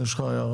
יש לך הערה?